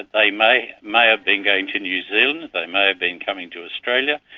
they may may have been going to new zealand, they may have been coming to australia.